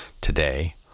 today